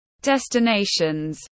destinations